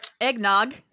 eggnog